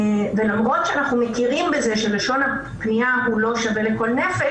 למרות שאנחנו מכירים בזה שלשון הפנייה לא שווה לכל נפש,